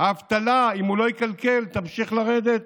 האבטלה תמשיך לרדת,